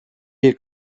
bir